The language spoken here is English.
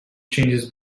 changes